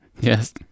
Yes